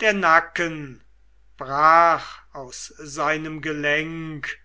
der nacken brach aus seinem gelenk